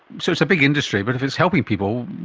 so it's a big industry, but if it's helping people,